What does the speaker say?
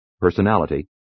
Personality —